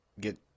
get